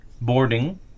boarding